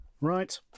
Right